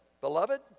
Beloved